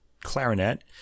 clarinet